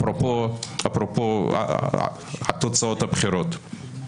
אפרופו תוצאות הבחירות.